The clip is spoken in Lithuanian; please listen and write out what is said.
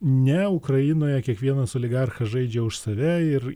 ne ukrainoje kiekvienas oligarchas žaidžia už save ir